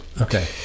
Okay